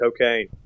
cocaine